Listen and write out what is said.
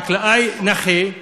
חקלאי נכה,